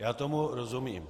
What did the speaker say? Já tomu rozumím.